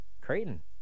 Creighton